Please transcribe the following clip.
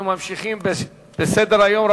בעד, 20, אין מתנגדים ואין נמנעים.